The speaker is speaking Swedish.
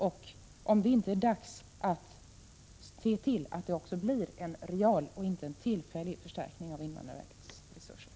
Och jag undrar: Är det inte dags att se till att det också blir en real och inte bara en tillfällig förstärkning av invandrarverkets resurser?